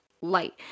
light